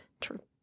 True